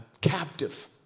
captive